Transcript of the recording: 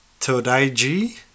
Todaiji